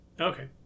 Okay